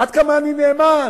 עד כמה אני נאמן,